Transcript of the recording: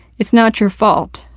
it's not your fault.